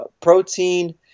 protein